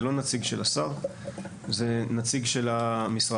זה לא נציג של שר, זה נציג של המשרד.